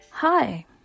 Hi